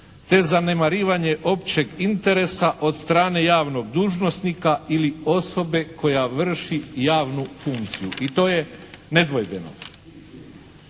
te zanemarivanje općeg interesa od strane javnog dužnosnika ili osobe koja vrši javnu funkciju. I to je nedvojbeno.